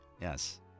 Yes